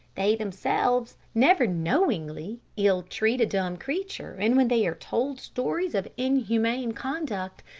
they, themselves, never knowingly ill-treat a dumb creature, and when they are told stories of inhuman conduct,